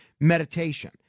meditation